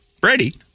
Brady